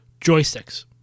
joysticks